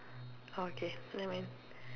orh okay never mind